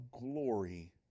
glory